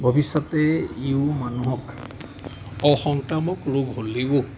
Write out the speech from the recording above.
ভৱিষ্যতে ইওঁ মানুহক অসংক্ৰামক ৰোগ হ'লেও